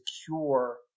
secure